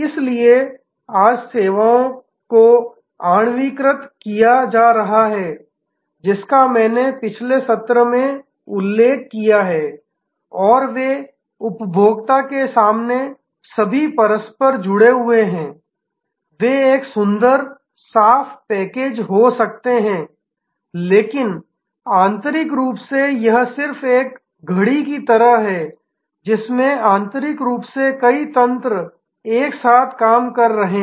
इसलिए आज सेवाओं को आणविकृत किया जा रहा है जिसका मैंने पिछले सत्र में उल्लेख किया है और वे उपभोक्ता के सामने सभी परस्पर जुड़े हुए हैं वे एक सुंदर साफ पैकेज हो सकते हैं लेकिन आंतरिक रूप से यह सिर्फ एक घड़ी की तरह है जिसमें आंतरिक रूप से कई तंत्र एक साथ काम कर रहे हैं